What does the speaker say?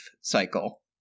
cycle